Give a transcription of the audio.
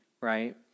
Right